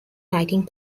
writing